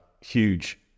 huge